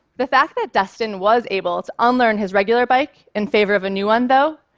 the fact that destin was able to unlearn his regular bike in favor of a new one, though,